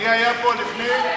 מי היה פה לפנֵי?